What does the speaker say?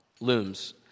looms